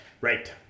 right